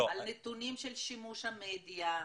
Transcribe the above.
על נתונים של שימוש במדיה,